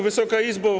Wysoka Izbo!